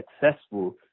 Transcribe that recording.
successful